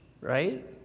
right